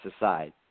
aside